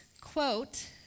quote